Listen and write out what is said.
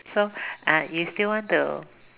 so uh you still want to